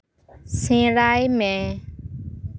ᱥᱮᱬᱟᱭ ᱢᱮ